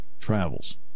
travels